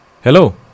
hello